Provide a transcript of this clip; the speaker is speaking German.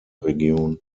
region